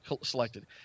selected